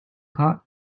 pot